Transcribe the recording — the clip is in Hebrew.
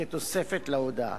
כתוספת להודאה.